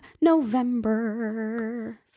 November